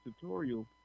tutorial